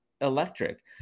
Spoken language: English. electric